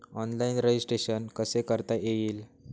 Online registration कसे करता येईल?